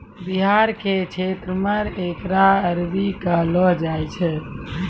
बिहार के क्षेत्र मे एकरा अरबी कहलो जाय छै